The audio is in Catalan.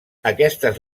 aquestes